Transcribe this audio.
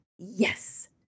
Yes